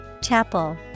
Chapel